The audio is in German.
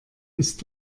ist